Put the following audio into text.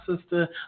sister